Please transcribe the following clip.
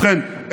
ובכן,